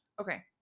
Okay